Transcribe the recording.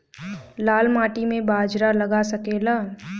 लाल माटी मे बाजरा लग सकेला?